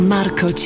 Marco